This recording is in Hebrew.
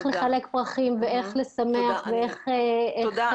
לחלק פרחים ואיך לשמח ואיך --- תודה.